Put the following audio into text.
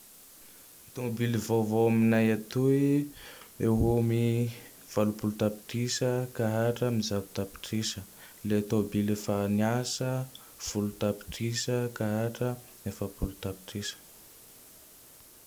Tôbily vaovao aminay atoy, eo ho eo amin'ny Valopolo tapitrisa ka hatramy zato tapitrisa. Le tôbily fa niasa Folo tapitrisa ka hatramy efapolo tapitrisa.